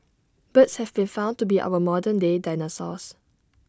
birds have been found to be our modern day dinosaurs